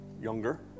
younger